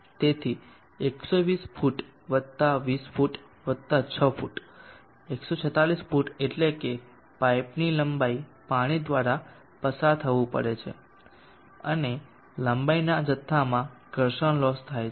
તેથી 120 ફુટ વત્તા 20 ફુટ વત્તા 6 ફૂટ 146 ફુટ એટલે કે પાઇપની લંબાઈ પાણી દ્વારા પસાર થવું પડે છે અને લંબાઈના આ જથ્થામાં ઘર્ષણલોસ થાય છે